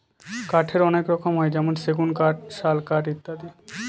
কাঠের অনেক রকম হয় যেমন সেগুন কাঠ, শাল কাঠ ইত্যাদি